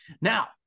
Now